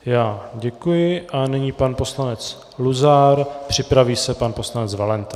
Já děkuji a nyní pan poslanec Luzar, připraví se pan poslanec Valenta.